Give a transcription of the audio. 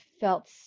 felt